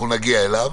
אנחנו נגיע אליו.